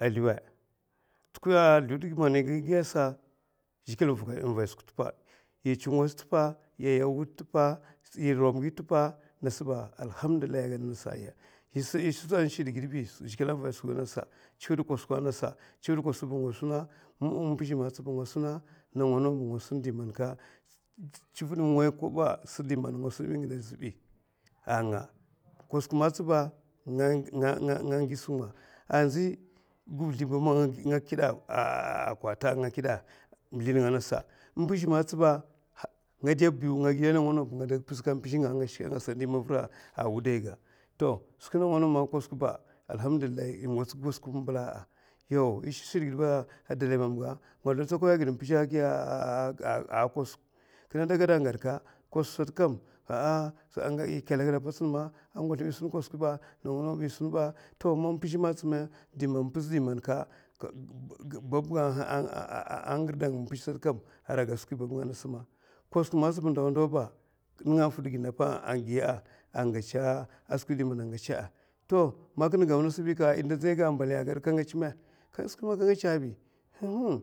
A zluwèd tè zluwèd ga man yè giya sa, zhigilè n'vayè skwi ga. yè chu ngoz tèpa yè yau wuday tèpa, yè rom gi tèpa, yè sun shidgid bi chivid kosuk ga angasa, chivid kosuk ga man yè suna angasa, nawa nawa bè sèdi maka, chivid n'way kob chivid man nga sunbi sa ta azbi, kosuk man nga suna, andzi zlè ba nga kidè a kwata anga, mizlinè nga angasa, mpizhè magatsi sè ba, ngadè biu ngada mpizka mpizhè apa, a nga shikè angasada ndi mavur a wudayga. chivid nawa nawa, yau yè sun shidgid ba adalay mamga nga zlotsokoya agid mpizhè a kosuk, man mpizhè magatsi a kosuk kabisa kadagi mè? Babba nga angirdanga mpizh sata kosuk sata ba ndawa ndawa afudè gidna apa, to man ka gau ngasbi yè da ndzay ga ambali ay ngèchè skwi aka gad kada ngèchè mè? Èhung